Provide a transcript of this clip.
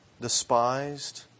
despised